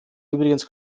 übrigens